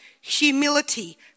humility